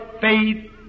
faith